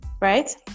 Right